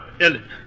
Ellen